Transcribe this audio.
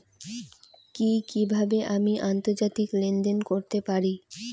কি কিভাবে আমি আন্তর্জাতিক লেনদেন করতে পারি?